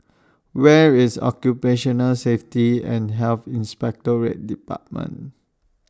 Where IS Occupational Safety and Health Inspectorate department